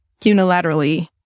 unilaterally